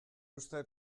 uste